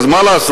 אז מה לעשות,